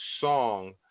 Song